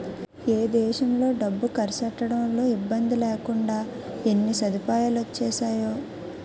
ఏ దేశంలో డబ్బు కర్సెట్టడంలో ఇబ్బందిలేకుండా ఎన్ని సదుపాయాలొచ్చేసేయో